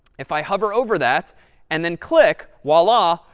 if i hover over that and then click, voila,